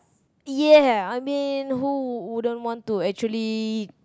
ya I mean who wouldn't want to actually